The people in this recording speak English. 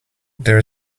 there